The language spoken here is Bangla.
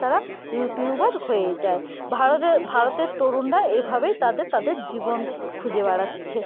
তারা ইউটিউবার হয়ে যায় ভারতে ভারতের তরুণরা এইভাবেই তাদের তাদের জীবন খুঁজে বেড়াচ্ছে